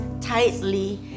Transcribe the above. tightly